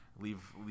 Leave